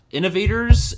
innovators